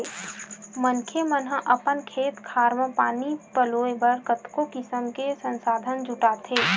मनखे मन ह अपन खेत खार म पानी पलोय बर कतको किसम के संसाधन जुटाथे